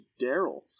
Daryl